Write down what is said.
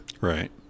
right